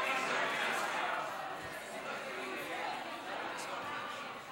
תחבורה ציבורית עירונית ללא תשלום ביום הבחירות לצורך הצבעה),